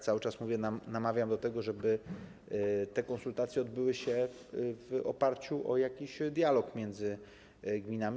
Cały czas namawiam do tego, żeby te konsultacje odbyły się w oparciu o jakiś dialog między gminami.